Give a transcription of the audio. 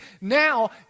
Now